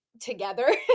together